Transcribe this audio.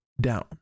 down